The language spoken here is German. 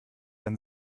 dann